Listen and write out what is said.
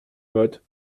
mottes